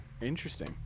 Interesting